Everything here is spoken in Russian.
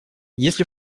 если